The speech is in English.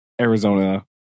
Arizona